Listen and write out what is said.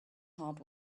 heart